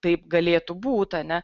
taip galėtų būt a ne